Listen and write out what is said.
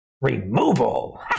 removal